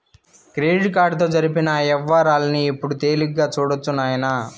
credit కార్డుతో జరిపిన యవ్వారాల్ని ఇప్పుడు తేలిగ్గా సూడొచ్చు నాయనా